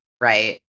right